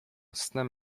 snem